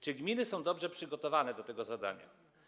Czy gminy są dobrze przygotowane do tego zadania?